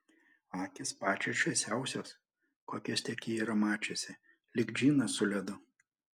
akys pačios šviesiausios kokias tik ji yra mačiusi lyg džinas su ledu